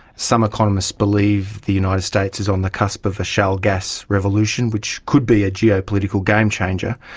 some economists believe the united states is on the cusp of a shale gas revolution, which could be a geopolitical game changer.